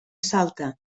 salta